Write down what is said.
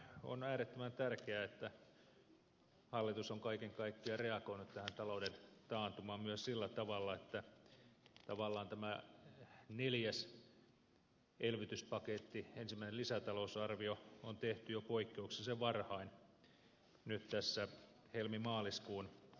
on äärettömän tärkeää että hallitus on kaiken kaikkiaan reagoinut tähän talouden taantumaan myös sillä tavalla että tavallaan tämä neljäs elvytyspaketti ensimmäinen lisätalousarvio on tehty jo poikkeuksellisen varhain nyt tässä helmimaaliskuun aikana